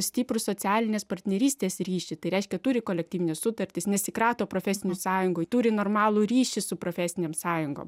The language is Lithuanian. stiprų socialinės partnerystės ryšį tai reiškia turi kolektyvines sutartis nesikrato profesinių sąjungų turi normalų ryšį su profesinėm sąjungom